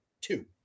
two